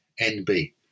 NB